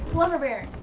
lumber baron.